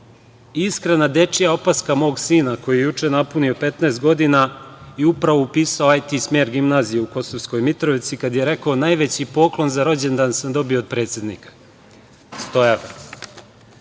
iskrena dečija opaska mog sina koji je juče napunio 15 godina i upravo upisao IT smer gimnazije u Kosovskoj Mitrovici kada je rekao – najveći poklon za rođendan sam dobio od predsednika, 100